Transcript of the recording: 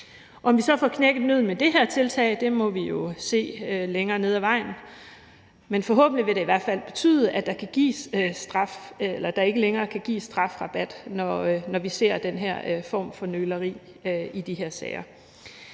Om vi så får knækket nødden med det her tiltag, må vi jo se længere henne ad vejen, men forhåbentlig vil det i hvert fald betyde, at der ikke længere kan gives strafrabat, når vi ser den her form for nøleri i de her sager.